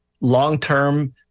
long-term